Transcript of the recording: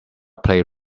play